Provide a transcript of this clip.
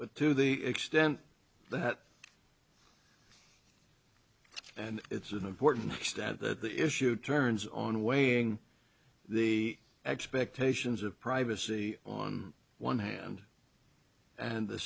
but to the extent that and it's an important step that the issue turns on weighing the expectations of privacy on one hand and the